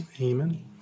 Amen